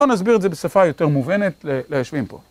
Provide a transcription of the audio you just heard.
בואו נסביר את זה בשפה יותר מובנת, ליושבים פה.